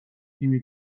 تیمی